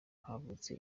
havutse